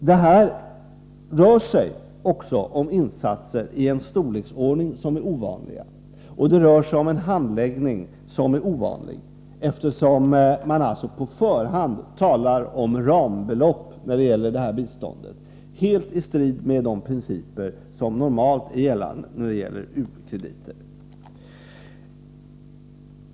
Det rör sig vidare om insatser av en storleksordning som är ovanlig. Det rör sig också om en handläggning som är ovanlig, eftersom man på förhand talar om rambelopp när det gäller detta bistånd, helt i strid med de principer som normalt är gällande i fråga om u-krediter.